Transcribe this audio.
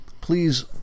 please